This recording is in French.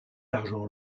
argent